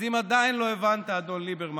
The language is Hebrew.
אז אם עדיין לא הבנת, אדון ליברמס,